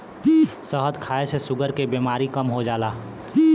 शहद खाए से शुगर के बेमारी कम होत बा